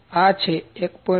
આ છે 1